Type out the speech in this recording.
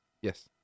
Yes